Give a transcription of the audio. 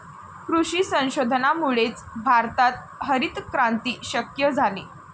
कृषी संशोधनामुळेच भारतात हरितक्रांती शक्य झाली